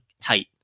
tight